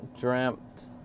dreamt